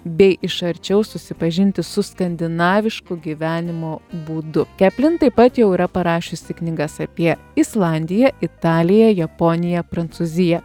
bei iš arčiau susipažinti su skandinavišku gyvenimo būdu keplin taip pat jau yra parašiusi knygas apie islandiją italiją japoniją prancūziją